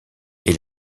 est